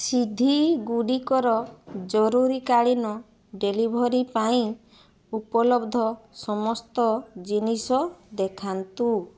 ସିଧିଗୁଡ଼ିକର ଜରୁରିକାଳୀନ ଡେଲିଭରି ପାଇଁ ଉପଲବ୍ଧ ସମସ୍ତ ଜିନିଷ ଦେଖାନ୍ତୁ